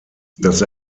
das